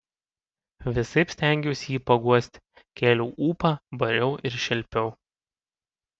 visaip stengiausi jį paguosti kėliau ūpą bariau ir šelpiau